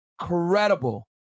Incredible